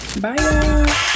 Bye